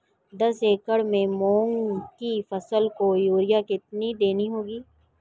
दस एकड़ में मूंग की फसल को यूरिया कितनी देनी होगी?